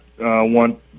want